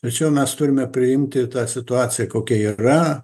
tačiau mes turime priimti tą situaciją kokia yra